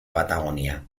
patagonia